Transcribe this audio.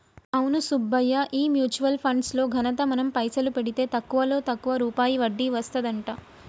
అవును సుబ్బయ్య ఈ mutual funds లో ఘనత మనం పైసలు పెడితే తక్కువలో తక్కువ రూపాయి వడ్డీ వస్తదంట